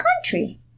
country